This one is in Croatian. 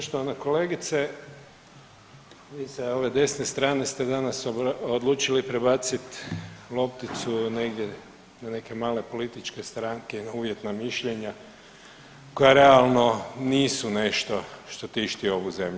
Poštovana kolegice, vi sa ove desne strane ste danas odlučili prebaciti lopticu negdje na neke male političke stranke, na uvjetna mišljenja koja realno nisu nešto što tišti ovu zemlju.